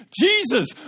Jesus